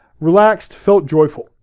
relaxed, felt joyful.